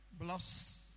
Bless